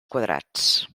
quadrats